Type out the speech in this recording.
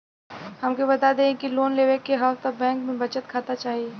हमके बता देती की लोन लेवे के हव त बैंक में बचत खाता चाही?